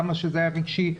כמה שזה היה רגשי,